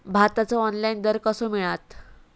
भाताचो ऑनलाइन दर कसो मिळात?